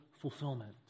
fulfillment